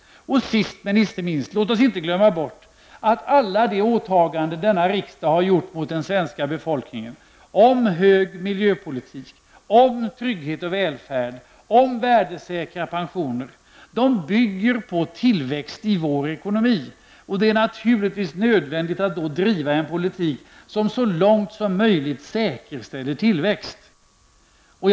Sist men inte minst: Låt oss inte glömma bort att alla de åtaganden denna riksdag har gjort mot den svenska befolkningen om en stark miljöpolitik, om trygghet och välfärd samt om värdesäkra pensioner bygger på tillväxt i vår ekonomi. Det är naturligtvis nödvändigt att då driva en politik som så långt som möjligt säkerställer tillväxten.